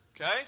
Okay